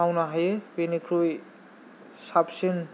मावनोहायो बेनिख्रुय साबसिन